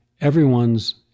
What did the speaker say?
Everyone's